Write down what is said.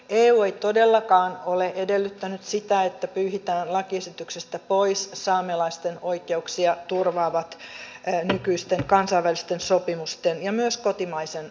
eu ei todellakaan ole edellyttänyt sitä että pyyhitään lakiesityksestä pois saamelaisten oikeuksia turvaavat nykyisten kansainvälisten sopimusten ja myös kotimaisen